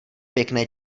pěkné